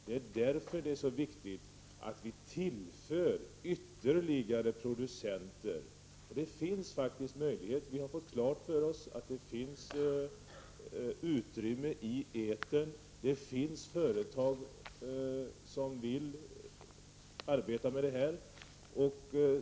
Det är därför det är så viktigt att tillföra ytterligare producenter. Det finns faktiskt möjligheter till det. Vi har fått klart för oss att det finns utrymme i etern och att företag vill arbeta med detta.